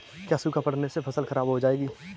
क्या सूखा पड़ने से फसल खराब हो जाएगी?